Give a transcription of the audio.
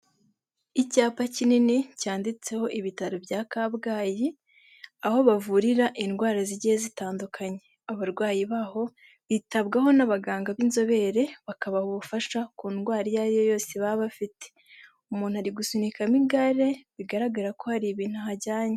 Icyapa kinini cyanditseho ibitaro bya kabgayi, aho bavurira indwara zigiye zitandukanye, abarwayi baho bitabwaho n'abaganga b'inzobere bakabaha ubufasha ku ndwara iyo ariyo yose, baba bafite umuntu ari gusunikamo igare bigaragara ko hari ibintu ahajyanye.